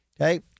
okay